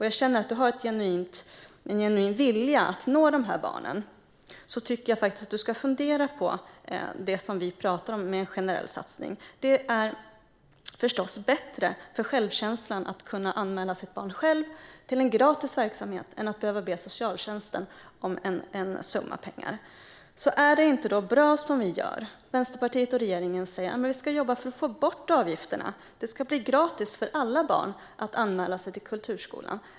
Jag känner att du har en genuin vilja att nå dessa barn, men jag tycker att du ska fundera över det vi talade om i fråga om en generell satsning. Det är förstås bättre för självkänslan att anmäla sitt barn till en gratis verksamhet än att behöva be socialtjänsten om en summa pengar. Är det inte bra som vi gör? Vänsterpartiet och regeringen säger att vi ska jobba för att få bort avgifterna så att det blir gratis för alla barn att anmäla sig till kulturskolan.